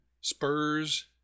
Spurs